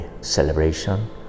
celebration